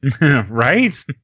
Right